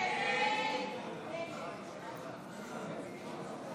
הסתייגות 15 לא נתקבלה.